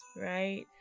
right